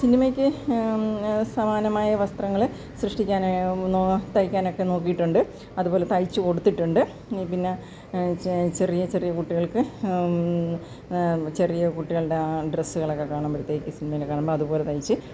സിനിമയ്ക്ക് സമാനമായ വസ്ത്രങ്ങള് സൃഷ്ടിക്കാൻ തയ്ക്കാനൊക്കെ നോക്കിയിട്ടുണ്ട് അത്പോലെ തയ്ച്ച് കൊടുത്തിട്ടുണ്ട് പിന്നെ ചെറിയ ചെറിയ കുട്ടികൾക്ക് ചെറിയ കുട്ടികളുടെ ആ ഡ്രസ്സ്കളൊക്കെ കാണുമ്പഴത്തേക്ക് സിനിമയിൽ കാണുമ്പോൾ അത്പോലെ തയിച്ച്